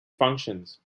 functions